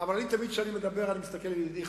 אבל כשאני מדבר אני תמיד מסתכל על ידידי,